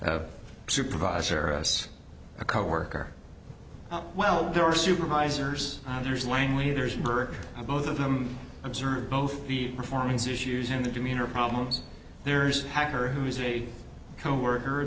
a supervisor us a coworker well there are supervisors there's langley there's both of them observe both the performance issues and the demeanor problems there's a hacker who is a coworker